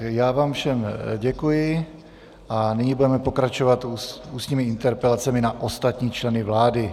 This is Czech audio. Já vám všem děkuji a nyní budeme pokračovat ústními interpelacemi na ostatní členy vlády.